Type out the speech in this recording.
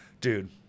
Dude